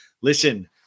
Listen